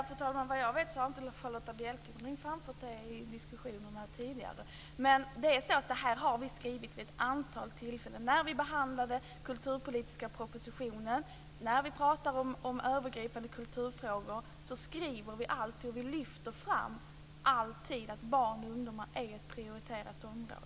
Fru talman! Såvitt jag vet har Charlotta Bjälkebring inte framfört det i diskussionerna tidigare. Men detta har vi skrivit vid ett antal tillfällen, t.ex. när vi behandlade den kulturpolitiska propositionen. När vi pratar om övergripande frågor lyfter vi alltid fram att barn och ungdomar är prioriterade.